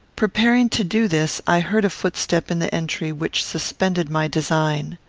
preparing to do this, i heard a footstep in the entry which suspended my design.